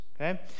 okay